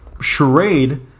charade